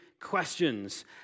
Questions